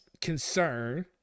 concern